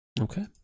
Okay